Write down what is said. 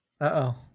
Uh-oh